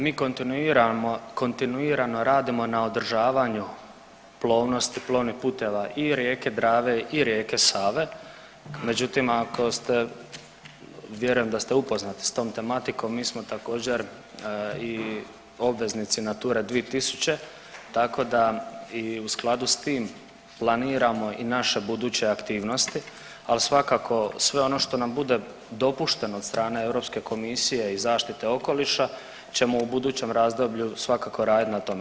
Mi kontinuirano radimo na održavanju plovnosti i plovnih puteva i rijeke Drave i rijeke Save, međutim ako ste, vjerujem da ste upoznati s tom tematikom, mi smo također i obveznici Nature 2000 tako da i u skladu s tim planiramo i naše buduće aktivnosti, al svakako sve ono što nam bude dopušteno od strane Europske komisije i zaštite okoliša ćemo u budućem razdoblju svakako radit na tome.